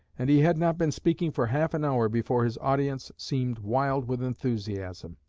and he had not been speaking for half an hour before his audience seemed wild with enthusiasm.